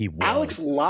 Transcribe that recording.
alex